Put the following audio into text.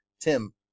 Tim